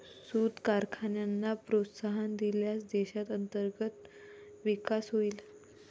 सूत कारखान्यांना प्रोत्साहन दिल्यास देशात अंतर्गत विकास होईल